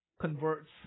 Converts